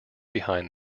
behind